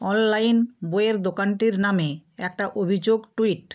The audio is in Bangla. অনলাইন বইয়ের দোকানটির নামে একটা অভিযোগ টুইট